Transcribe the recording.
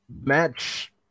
Match